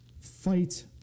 fight